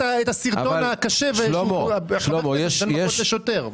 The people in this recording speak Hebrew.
הסרטון הקשה שראינו שיש בו הכאה של שוטר.